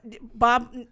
Bob